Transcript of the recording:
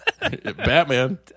Batman